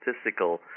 statistical